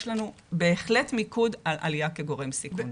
יש לנו בהחלט מיקוד על עלייה כגורם סיכון.